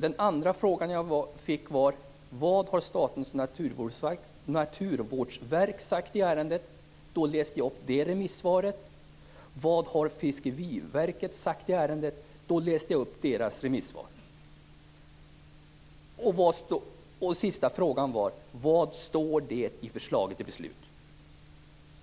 Den andra frågan jag fick var vad Statens naturvårdsverk har sagt i ärendet. Då läste jag upp det remissvaret. Vad har Fiskeriverket sagt i ärendet? Då läste jag upp deras remissvar. Sista frågan var vad det står i förslaget till beslut.